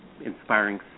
inspiring